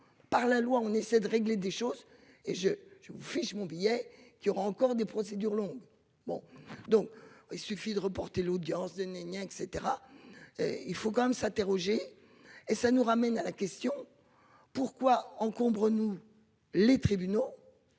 Par la loi, on essaie de régler des choses et je je vous fiche mon billet qu'il y aura encore des procédures longues, bon donc il suffit de reporter l'audience d'une énième et etc. Il faut quand même s'interroger et ça nous ramène à la question pourquoi encombre nous les tribunaux.